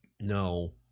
No